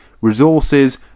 resources